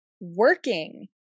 working